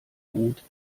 gut